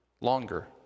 longer